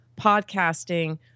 podcasting